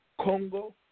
Congo